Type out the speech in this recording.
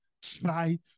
Try